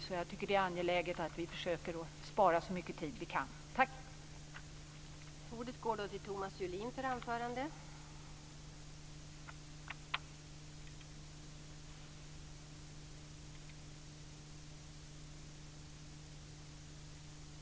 Därför tycker jag att det är angeläget att vi försöker spara så mycket tid vi kan åt kammaren.